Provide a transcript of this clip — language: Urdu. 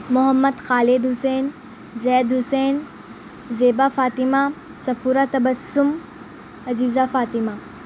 محمد خالد حسین زید حسین زیبا فاطمہ صفورہ تبسم عزیزہ فاطمہ